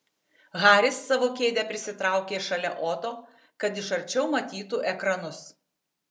haris savo kėdę prisitraukė šalia oto kad iš arčiau matytų ekranus